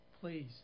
please